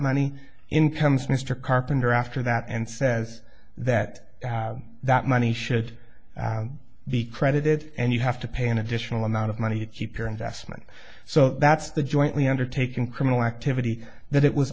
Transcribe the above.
money in comes mr carpenter after that and says that that money should be credited and you have to pay an additional amount of money to keep your investment so that's the jointly undertaken criminal activity that it was